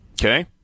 Okay